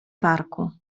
parku